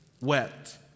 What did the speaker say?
wept